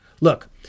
Look